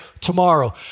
tomorrow